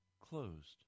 closed